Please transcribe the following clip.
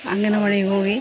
ಅಂಗನವಾಡಿಗೆ ಹೋಗಿ